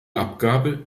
abgabe